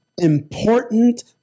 important